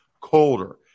colder